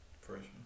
Freshman